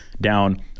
down